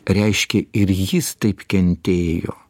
reiškia ir jis taip kentėjo